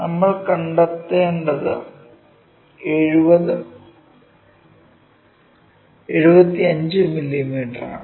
നമ്മൾ കണ്ടെത്തേണ്ടത് 75 മില്ലീമീറ്ററാണ്